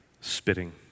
spitting